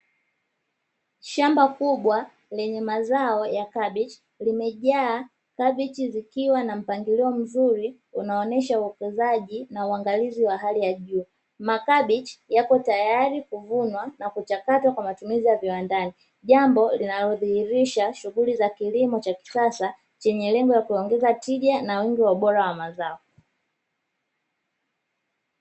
Shamba kubwa lenye mazao ya kabichi limejaa kabichi zikiwa na mpangilio mzuri unaonesha utunzaji na uangalizi wa hali ya juu. Makabichi yapo tayari kuvunwa na kuchakatwa kwa matumizi ya viwandani. Jambo linalodhihirisha shughuli za kilimo cha kisasa chenye lengo la kuongeza tija na wingi na ubora wa mazao.